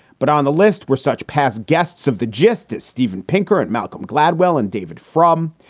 but on the list were such past guests of the justice steven pinker and malcolm gladwell and david frum.